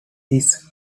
his